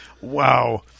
Wow